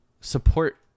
support